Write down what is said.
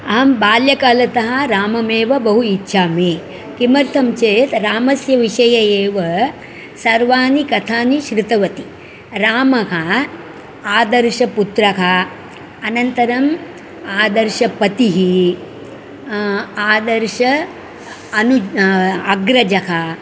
आम् बाल्यकालतः राममेव बहु इच्छामि किमर्थं चेत् रामस्य विषये एव सर्वाणि कथानि श्रुतवती रामः आदर्शपुत्रः अनन्तरम् आदर्शपतिः आदर्शः अनु अग्रजः